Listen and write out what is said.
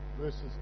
verses